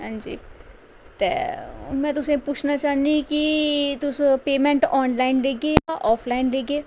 हां जी ते में तुसेंगी पुछना चाह्नी कि तुस पेमेंट आनलाइन देगे जां आफ लाइन देगे